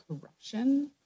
corruption